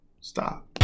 Stop